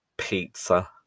pizza